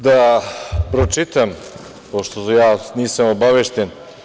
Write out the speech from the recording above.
Da pročitam, pošto ja nisam obavešten.